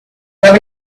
have